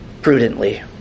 prudently